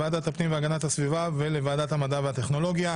ועדת הפנים והגנת הסביבה וועדת המדע והטכנולוגיה,